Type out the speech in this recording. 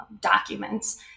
documents